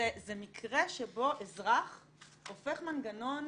זה מקרה שבו אזרח הופך מנגנון